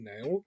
now